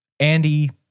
Andy